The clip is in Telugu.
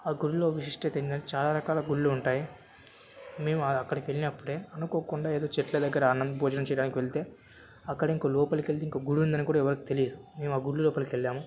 ఆ గుడిలో విశిష్టత ఏంటంటే చాలా రకాల గుళ్ళుంటాయి మేము అక్కడికి వెళ్ళినప్పుడే అనుకోకుండా ఏదో చెట్లు దగ్గర అన్నం భోజనం చేయడానికి వెళితే అక్కడ ఇంక లోపలకెళ్తే ఇంకో గుడుందని కూడా ఎవరికి తెలియదు మేమా గుడి లోపలికి వెళ్ళాము